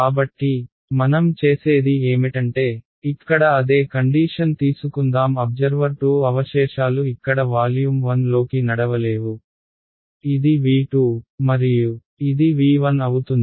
కాబట్టి మనం చేసేది ఏమిటంటే ఇక్కడ అదే కండీషన్ తీసుకుందాం అబ్జర్వర్ 2 అవశేషాలు ఇక్కడ వాల్యూమ్ 1 లోకి నడవలేవు ఇది V2 మరియు ఇది V1 అవుతుంది